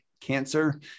cancer